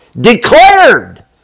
declared